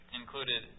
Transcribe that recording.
included